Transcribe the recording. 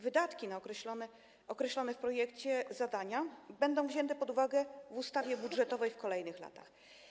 Wydatki na określone w projekcie zadania będą wzięte pod uwagę w ustawie budżetowej w kolejnych latach.